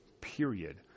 period